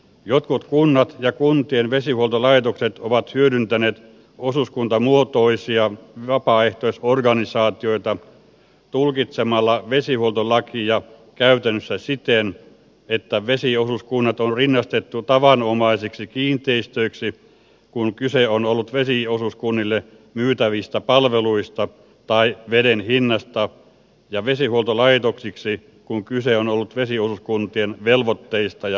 jotkut kunnat ja kuntien vesihuoltolaitokset ovat hyödyntäneet osuuskuntamuotoisia vapaaehtoisorganisaatioita tulkitsemalla vesihuoltolakia käytännössä siten että vesiosuuskunnat on rinnastettu tavanomaisiksi kiinteistöiksi kun kyse on ollut vesiosuuskunnille myytävistä palveluista tai veden hinnasta ja vesihuoltolaitoksiksi kun kyse on ollut vesiosuuskuntien velvoitteista ja vastuista